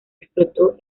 explotó